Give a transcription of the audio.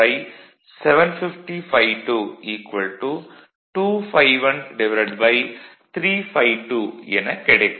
என்பதால் Eb1Eb2 500∅1750∅2 2∅13∅2 எனக் கிடைக்கும்